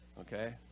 okay